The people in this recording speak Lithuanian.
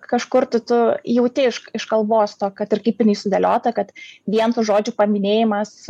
kažkur tu tu jauti iš iš kalbos to kad ir kaip jinai sudėliota kad vien tų žodžių paminėjimas